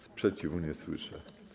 Sprzeciwu nie słyszę.